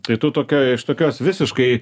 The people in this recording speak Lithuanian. tai tu tokia iš tokios visiškai